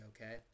okay